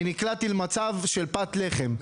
אני נקלעתי למצב של פת לחם,